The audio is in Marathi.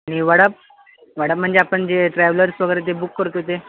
आणि वडाप वडाप म्हणजे आपण जे ट्रॅव्हलर्स वगैरे ते बुक करतो ते